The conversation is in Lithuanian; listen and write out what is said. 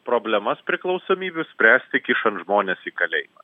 problemas priklausomybių spręsti kišant žmones į kalėjimą